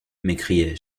m’écriai